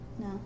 No